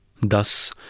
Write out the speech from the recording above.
Thus